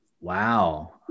Wow